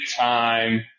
time